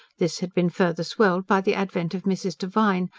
this had been further swelled by the advent of mrs. devine,